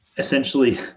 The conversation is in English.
essentially